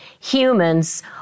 Humans